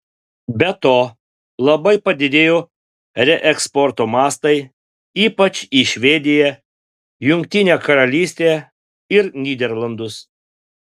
be to labai padidėjo reeksporto mastai ypač į švediją jungtinę karalystę ir nyderlandus